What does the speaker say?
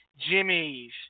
Jimmy's